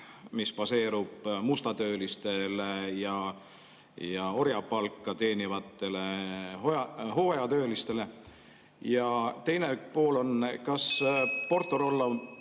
mis baseeruks mustatöölistel ja orjapalka teenivatel hooajatöölistel? Ja teine pool on: kas PortoRollo